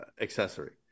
accessory